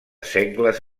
sengles